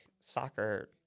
soccer